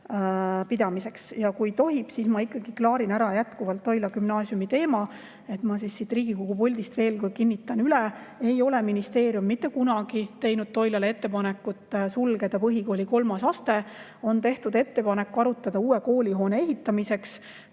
Kui tohib, siis ma ikkagi klaarin ära Toila Gümnaasiumi teema. Ma kinnitan siit Riigikogu puldist veel kord üle: ei ole ministeerium mitte kunagi teinud Toilale ettepanekut sulgeda põhikooli kolmas aste. On tehtud ettepanek arutada uue koolihoone ehitamist.